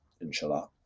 inshallah